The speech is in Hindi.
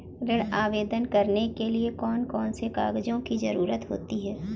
ऋण आवेदन करने के लिए कौन कौन से कागजों की जरूरत होती है?